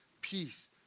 peace